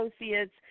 associates